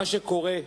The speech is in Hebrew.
מה שקורה היום,